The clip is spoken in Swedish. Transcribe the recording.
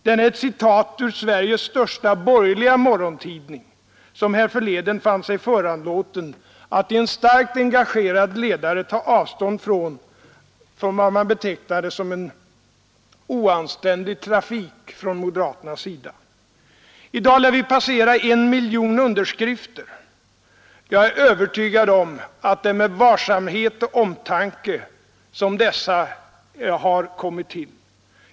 Den är ett citat ur Sveriges största borgerliga morgontidning, som härförleden fann sig föranlåten att i en starkt engagerad ledare ta avstånd från vad man betecknade som ”en oanständig trafik” från moderaternas sida. I dag lär vi passera siffran 1 miljon underskrifter. Jag är övertygad om att det är med varsamhet och omtanke som dessa har kommit till.